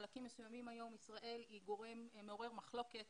בחלקים מסוימים היום ישראל היא גורם מעורר מחלוקת